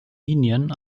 linien